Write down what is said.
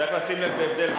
צריך לשים לב להבדל בין,